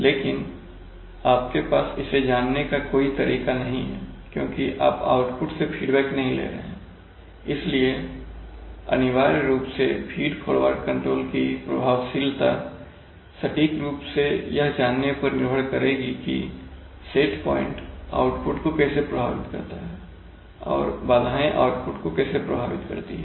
लेकिन आपके पास इसे जानने का कोई तरीका नहीं है क्योंकि आप आउटपुट से फीडबैक नहीं ले रहे हैं इसलिए अनिवार्य रूप से फीड फॉरवर्ड कंट्रोल की प्रभावशीलता सटीक रूप से यह जानने पर निर्भर करेगी कि सेट पॉइंट आउटपुट को कैसे प्रभावित करता है और बाधाएं आउटपुट को कैसे प्रभावित करती है